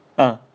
ah